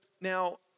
Now